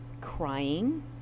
crying